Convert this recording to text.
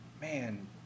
man